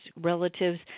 relatives